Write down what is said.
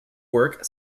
work